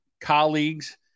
colleagues